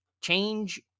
change